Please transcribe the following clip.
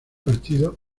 partido